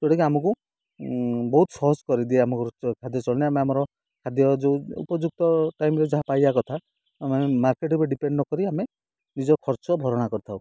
ଯେଉଁଟାକି ଆମକୁ ବହୁତ ସହଜ କରିଦିଏ ଆମକୁ ଖାଦ୍ୟ ଚଳଣି ଆମେ ଆମର ଖାଦ୍ୟ ଯେଉଁ ଉପଯୁକ୍ତ ଟାଇମ୍ରେ ଯାହା ପାଇବା କଥା ଆମେ ମାର୍କେଟ ଉପରେ ଡିପେଣ୍ଡ ନ କରି ଆମେ ନିଜ ଖର୍ଚ୍ଚ ଭରଣା କରିଥାଉ